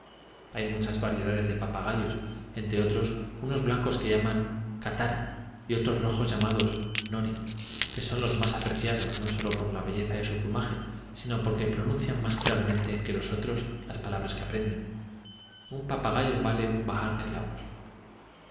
hay muchas variedades de papagayos entre otros unos blancos que llaman catara y otros rojos llamados nori que son los más apreciados no sólo por la belleza de su plumaje sino porque pronuncian más claramente que los otros las palabras que aprenden un papagayo vale un bahar de clavos